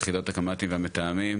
יחידות הקמטים והמתאמים,